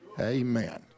Amen